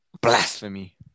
blasphemy